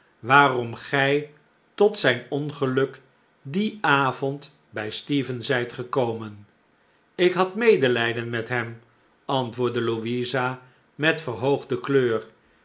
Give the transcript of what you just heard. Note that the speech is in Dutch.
waarom gij tot zijn ongeluk dien avond bij stephen zijt gekomen ik had medelijden met hem antwoordde louisa met verhoogde kleur